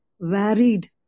varied